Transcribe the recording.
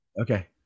Okay